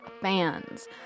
fans